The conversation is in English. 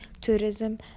tourism